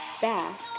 back